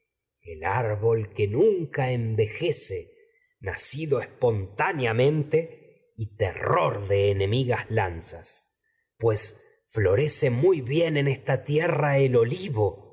el y árbol terror que de envejece nacido espontáneamente pues enemigas lanzas florece muy bien en esta tieedipo en colono rra el olivo